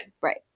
Right